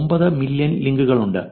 9 billion ലിങ്കുകളുണ്ട്